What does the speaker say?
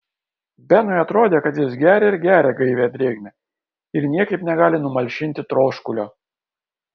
benui atrodė kad jis geria ir geria gaivią drėgmę ir niekaip negali numalšinti troškulio